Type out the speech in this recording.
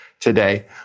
today